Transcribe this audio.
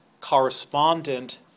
correspondent